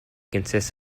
consists